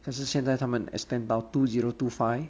可是现在他们 extend 到 two zero two five